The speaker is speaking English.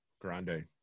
Grande